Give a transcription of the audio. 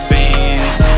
Beans